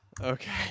Okay